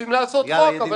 רוצים לעשות חוק,